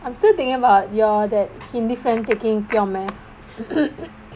I'm still thinking about your that hindi friend taking pure mathematics